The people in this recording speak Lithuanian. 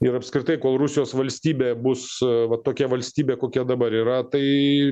ir apskritai kol rusijos valstybė bus va tokia valstybė kokia dabar yra tai